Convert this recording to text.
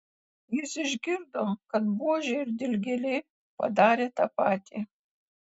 jis išgirdo kad buožė ir dilgėlė padarė tą patį